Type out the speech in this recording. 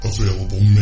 Available